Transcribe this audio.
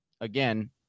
again